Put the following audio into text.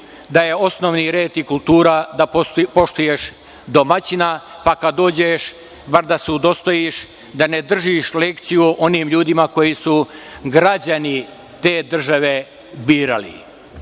da je osnovni red i kultura da poštuješ domaćina, pa kada dođeš bar da se udostojiš da ne držiš lekciju onim ljudima koji su građani te države birali. Bilo